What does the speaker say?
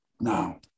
now